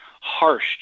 harsh